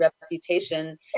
reputation